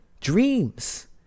dreams